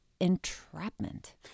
entrapment